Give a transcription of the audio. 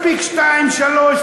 מספיק שניים-שלושה,